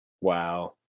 Wow